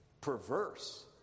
perverse